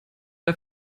der